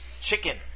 chicken